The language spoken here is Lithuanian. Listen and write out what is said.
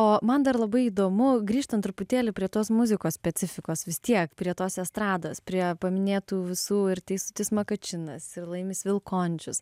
o man dar labai įdomu grįžtant truputėlį prie tos muzikos specifikos vis tiek prie tos estrados prie paminėtų visų ir teisutis makačinas ir laimis vilkončius